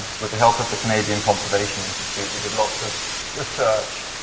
with the help of the canadian conservation institute, we did lots of research.